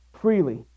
freely